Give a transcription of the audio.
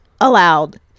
allowed